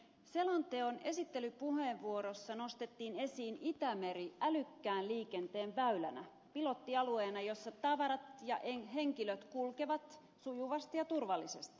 selonteon esittelypuheenvuorossa nostettiin esiin itämeri älykkään liikenteen väylänä pilottialueena jossa tavarat ja henkilöt kulkevat sujuvasti ja turvallisesti